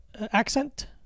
accent